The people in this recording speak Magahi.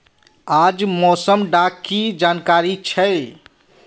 आज मौसम डा की जानकारी छै?